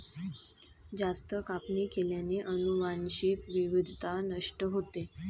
जास्त कापणी केल्याने अनुवांशिक विविधता नष्ट होते